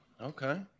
Okay